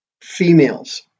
females